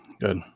Good